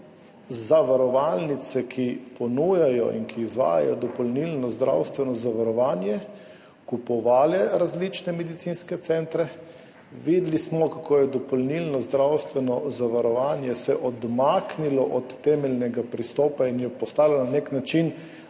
zavarovalnice, ki ponujajo in ki izvajajo dopolnilno zdravstveno zavarovanje, kupovale različne medicinske centre. Videli smo, kako se je dopolnilno zdravstveno zavarovanje odmaknilo od temeljnega pristopa in je postalo na nek način